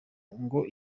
ngo